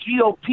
GOP